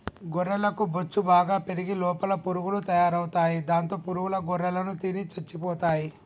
గొర్రెలకు బొచ్చు బాగా పెరిగి లోపల పురుగులు తయారవుతాయి దాంతో పురుగుల గొర్రెలను తిని చచ్చిపోతాయి